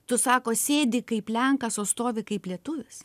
tu sako sėdi kaip lenkas o stovi kaip lietuvis